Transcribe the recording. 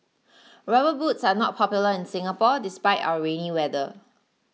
rubber boots are not popular in Singapore despite our rainy weather